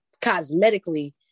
cosmetically